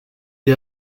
des